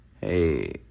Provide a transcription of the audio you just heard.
Hey